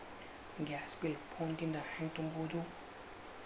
Gas bill phone ದಿಂದ ಹ್ಯಾಂಗ ತುಂಬುವುದು?